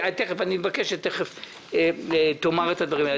אני מבקש שתיכף תאמר את הדברים האלה.